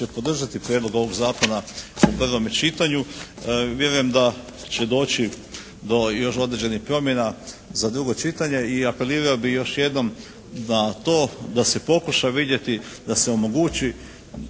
će podržati prijedlog ovog zakona u prvome čitanju. Vjerujem da će doći do još određenih promjena za drugo čitanje i apelirao bih još jednom na to da se pokuša vidjeti da se omogući